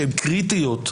שהן קריטיות,